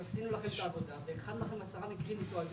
אז עשינו לכם את העבודה והכנו לכם עשרה מקרים מתועדים,